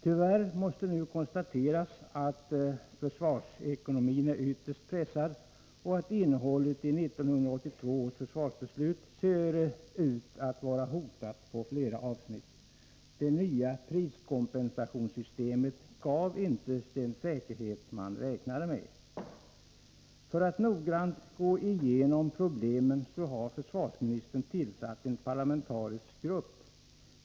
Tyvärr måste det nu konstateras att försvarsekonomin är ytterst pressad och att innehållet i 1982 års försvarsbeslut ser ut att vara hotat på flera avsnitt. Det nya priskompensationssystemet gav inte den säkerhet som man räknade med. Försvarsministern har tillsatt en parlamentarisk grupp som skall gå igenom problemen noggrant.